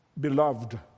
beloved